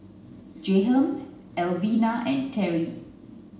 Jahiem Elvina and Terri